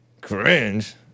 Cringe